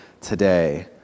today